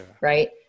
right